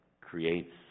creates